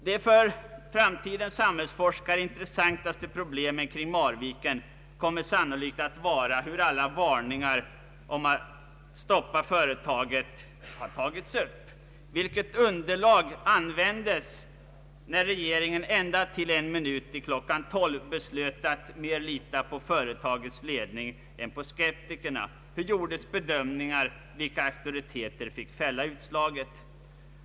Det för framtidens samhällsforskare intressantaste problemet kring Marviken kommer sannolikt att vara hur alla varningar om att stoppa företaget har tagits upp. Vilket underlag användes när regeringen ända till en minut i klockan 12 beslöt att lita mer på företagets ledning än på skeptikerna, hur gjordes bedömningarna, vilka auktoriteter fick fälla utslaget?